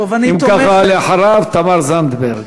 אם ככה, אחריו, תמר זנדברג.